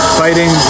fighting